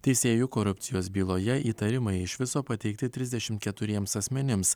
teisėjų korupcijos byloje įtarimai iš viso pateikti trisdešimt keturiems asmenims